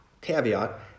caveat